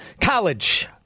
College